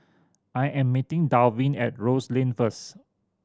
I am meeting Dalvin at Rose Lane first